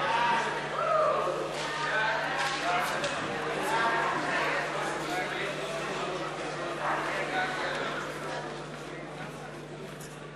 ההצעה להעביר את הצעת חוק לתיקון פקודת